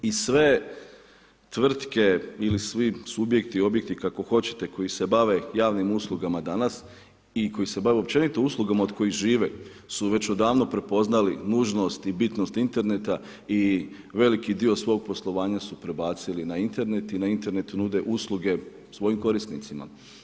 I sve tvrtke ili svi subjekti, objekti, kako hoćete koji se bave javnim uslugama danas i koji se općenito bave uslugama od kojih žive su već odavno prepoznali nužnost i bitnost interneta i veliki dio svog poslovanja su prebacili na Internet i na internetu nude usluge svojim korisnicima.